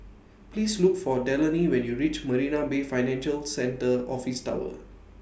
Please Look For Delaney when YOU REACH Marina Bay Financial Centre Office Tower